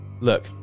Look